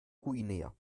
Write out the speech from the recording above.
guinea